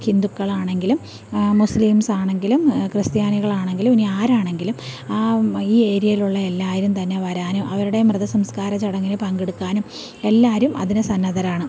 ഹിന്ദുക്കളാണെങ്കിലും Muslims ആണെങ്കിലും ക്രിസ്ത്യാനികളാണെങ്കിലും ഇനി ആരാണെങ്കിലും ആ ഈ ഏരിയയിലുള്ള എല്ലാവരും തന്നെ വരാനും അവരുടെ മൃത സംസ്കാര ചടങ്ങിന് പങ്കെടുക്കാനും എല്ലാവരും അതിന് സന്നദ്ധരാണ്